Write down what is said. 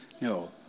No